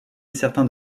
certains